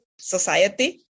society